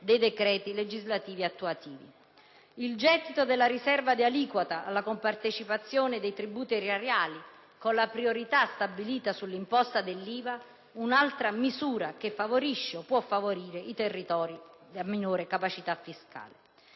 dei decreti legislativi attuativi. Il gettito della riserva di aliquota alla compartecipazione dei tributi erariali, con la priorità stabilita sull'imposta dell'IVA, è un'altra misura che favorisce o può favorire i territori a minore capacità fiscale.